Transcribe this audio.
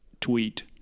tweet